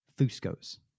Fusco's